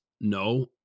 No